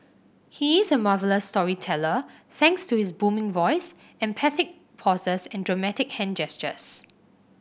he is a marvellous storyteller thanks to his booming voice emphatic pauses and dramatic hand gestures